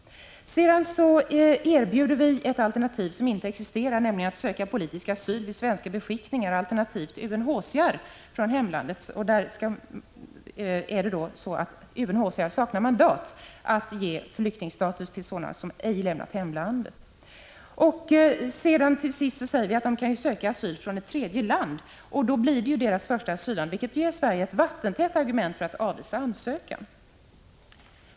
Sedan erbjuder vi ett alternativ som inte existerar, nämligen att söka politisk asyl hos svenska beskickningar eller UNHCR i hemlandet. Men UNHCR saknar mandat att ge flyktingstatus till sådana som ej lämnat hemlandet. Till sist säger vi att man kan söka asyl från ett tredje land. Då blir det landet det första asyllandet, vilket ger Sverige ett vattentätt argument för att avvisa ansökan.